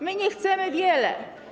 My nie chcemy wiele.